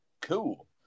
Cool